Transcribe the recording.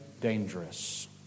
dangerous